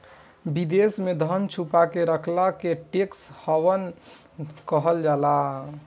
विदेश में धन छुपा के रखला के टैक्स हैवन कहल जाला